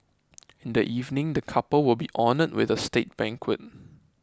in the evening the couple will be honoured with a state banquet